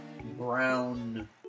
brown